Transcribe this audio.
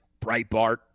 Breitbart